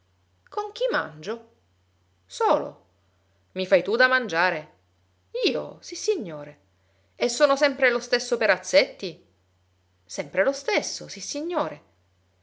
con chi mangio olo i fai tu da mangiare io sissignore e sono sempre lo stesso perazzetti sempre lo stesso sissignore